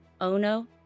Ono